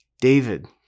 David